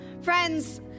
Friends